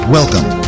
Welcome